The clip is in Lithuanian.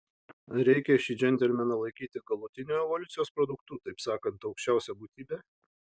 ar reikia šį džentelmeną laikyti galutiniu evoliucijos produktu taip sakant aukščiausia būtybe